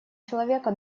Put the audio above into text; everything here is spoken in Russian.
человека